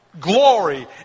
glory